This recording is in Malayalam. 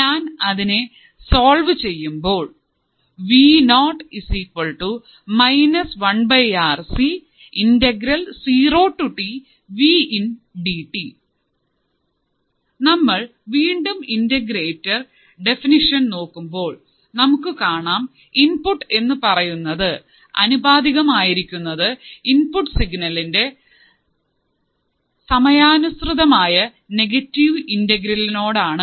ഞാൻ അതിനെ സോൾവ് ചെയ്യുമ്പോൾ നമ്മൾ വീണ്ടും ഇന്റഗ്രേറ്ററിന്റെ ഡെഫിനിഷൻ നോക്കുമ്പോൾ നമുക്ക് കാണാൻ സാധിക്കുന്നത് ഔട്ട്പുട്ട് എന്നുപറയുന്നത് അനുപാതികം ആയിരിക്കുന്നത് ഇൻപുട്ട് സിഗ്നലിന്റെ സമയാനുസൃതമായ നെഗറ്റീവ് ഇന്റെഗ്രേലിനോട് ആണ്